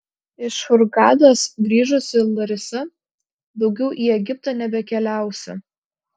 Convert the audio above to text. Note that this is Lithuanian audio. iš hurgados grįžusi larisa daugiau į egiptą nebekeliausiu